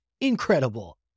incredible